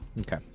Okay